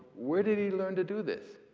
where did he learn to do this?